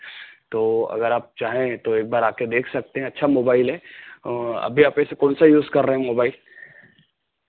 तो अगर आप चाहें तो एक बार आकर देख सकते हैं अच्छा मोबाइल है अभी आप वैसे कौन सा यूज़ कर रहे हैं मोबाइल